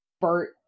Bert